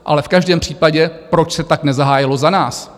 Ale v každém případě, proč se tak nezahájilo za nás?